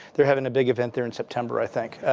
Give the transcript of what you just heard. they're having a big event there in september, i think,